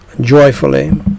joyfully